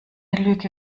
lüge